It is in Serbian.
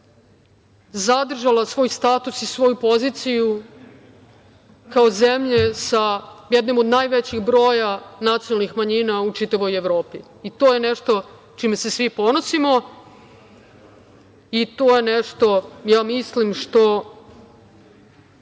zadržala svoj status i svoju poziciju kao zemlje sa jednim od najvećih broja nacionalnih manjina u čitavoj Evropi. To je nešto čime se svi ponosimo i to je nešto, ja mislim, što